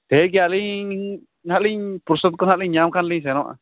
ᱴᱷᱤᱠᱜᱮᱭᱟ ᱟᱹᱞᱤᱧ ᱦᱟᱸᱜᱞᱤᱧ ᱯᱨᱚᱥᱚᱵᱠᱚ ᱦᱟᱸᱜᱞᱤᱧ ᱧᱟᱢ ᱠᱷᱟᱱᱞᱤᱧ ᱥᱮᱱᱚᱜᱼᱟ